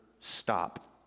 stop